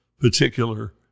particular